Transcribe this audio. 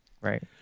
Right